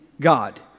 God